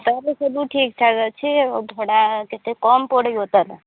ତା'ହେଲେ ସବୁ ଠିକ୍ ଠାକ୍ ଅଛି ଛଡ଼ା କେତେ କମ୍ ପଡ଼ିବ ତା'ହେଲେ